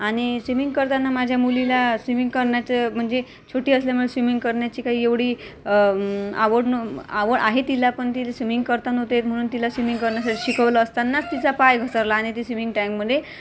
आणि स्विमिंग करताना माझ्या मुलीला स्विमिंग करण्याचे म्हणजे छोटी असल्यामुळे स्विमिंग करण्याची काही एवढी आवड नव्ह आवड आहे तिला पण तिला स्विमिंग करता नव्हतं येत म्हणून तिला स्विमिंग करण्याचं शिकवलं असतानाच तिचा पाय घसरला आणि ती स्विमिंग टॅंक मध्ये